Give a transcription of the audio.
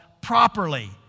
properly